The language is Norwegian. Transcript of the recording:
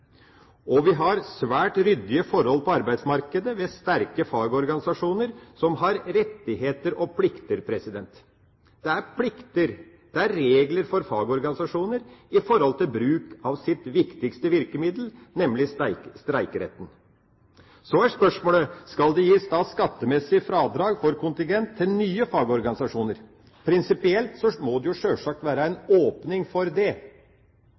Vi har svært ryddige forhold på arbeidsmarkedet ved sterke fagorganisasjoner, som har rettigheter og plikter. Det er plikter og regler for fagorganisasjoner for bruk av deres viktigste virkemiddel, nemlig streikeretten. Så er spørsmålet: Skal det gis skattemessig fradrag for kontingent til nye fagorganisasjoner? Prinsipielt må det sjølsagt være en åpning for det.